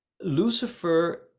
Lucifer